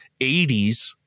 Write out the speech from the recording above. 80s